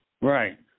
Right